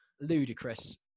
ludicrous